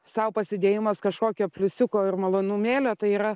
sau pasidėjimas kažkokio pliusiuko ir malonumėlio tai yra